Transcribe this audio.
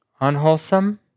unwholesome